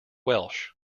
welsh